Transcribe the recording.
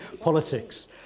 politics